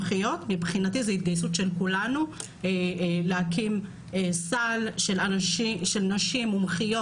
מבחינתי זו התגייסות של כולנו להקים סל של נשים מומחיות,